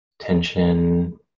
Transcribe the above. tension